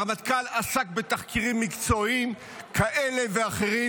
הרמטכ"ל עסק בתחקירים מקצועיים כאלה ואחרים,